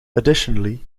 additionally